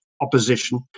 opposition